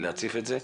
צריך להציף את זה.